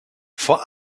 vor